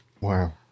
Wow